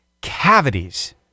cavities